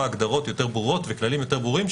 הגדרות יותר ברורות וכללים יותר ברורים,